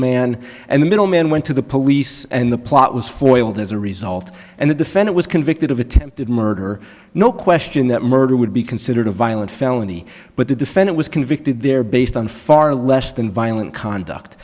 man and the middleman went to the police and the plot was foiled as a result and the defend it was convicted of attempted murder no question that murder would be considered a violent felony but the defendant was convicted there based on far less than violent